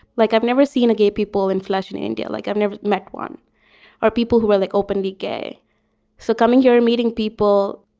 like i've never seen a gay people in flesh in india, like i've never met one or people who are like openly gay so coming here, meeting people,